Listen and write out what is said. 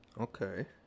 Okay